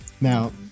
Now